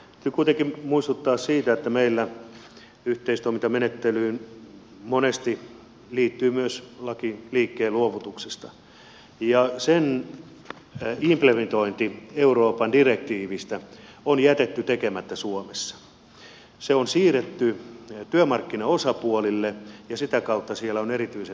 nyt kuitenkin haluan muistuttaa siitä että meillä yhteistoimintamenettelyyn monesti liittyy myös laki liikkeen luovutuksesta ja sen implementointi euroopan direktiivistä on jätetty tekemättä suomessa se on siirretty työmarkkinaosapuolille ja sitä kautta siellä on erityisen suuri heikkous